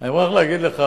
אני מוכרח להגיד לך: